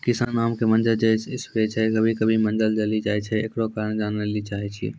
किसान आम के मंजर जे स्प्रे छैय कभी कभी मंजर जली जाय छैय, एकरो कारण जाने ली चाहेय छैय?